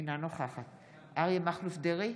אינה נוכחת אריה מכלוף דרעי,